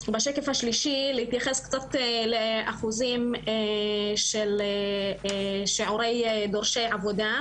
השלישי להתייחס קצת לאחוזים של שיעורי דורשי עבודה,